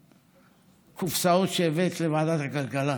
אותן קופסאות שהבאת לוועדת הכלכלה,